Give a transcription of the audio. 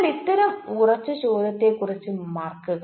അതിനാൽ ഇത്തരം ഉറച്ച ചോദ്യത്തെക്കുറിച്ച് മറക്കുക